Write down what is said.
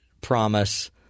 promise